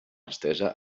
estesa